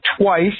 twice